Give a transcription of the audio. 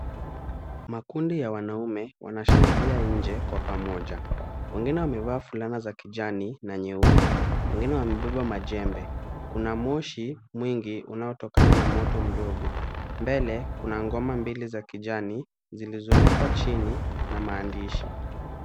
Makundi ya wanaume wanashangilia nje kwa pamoja. Wengine wamevaa fulana za kijani na nyeupe, wengine wamebeba majembe. Kuna moshi mwingi unaotokana na moto mdogo. Mbele kuna ngoma mbili za kijani zilizowekwa chini na maandishi.